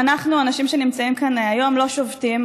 תראו, אנחנו, האנשים שנמצאים כאן היום, לא שובתים.